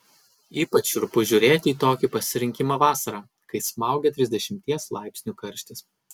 ypač šiurpiu žiūrėti į tokį pasirinkimą vasarą kai smaugia trisdešimties laipsnių karštis